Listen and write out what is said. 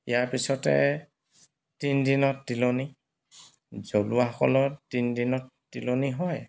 ইয়াৰ পিছতে তিনিদিনত তিলনি জ্বলোৱাসকলৰ তিনিদিনত তিলনি হয়